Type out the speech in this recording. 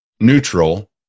neutral